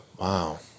Wow